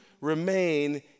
remain